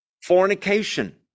Fornication